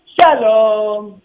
Shalom